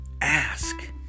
ask